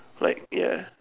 like ya